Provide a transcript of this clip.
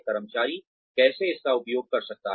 कर्मचारी कैसे इसका उपयोग कर सकता है